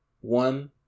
one